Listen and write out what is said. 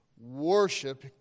worship